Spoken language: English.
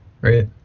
Right